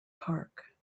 park